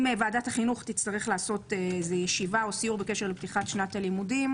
אם ועדת החינוך תצטרך לעשות ישיבה או סיור בקשר לפתיחת שנת הלימודים